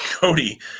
Cody